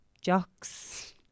jocks